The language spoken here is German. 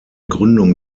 gründung